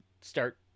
start